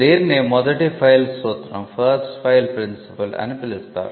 దీన్నే 'మొదటి ఫైల్ సూత్రం' అని పిలుస్తారు